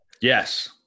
Yes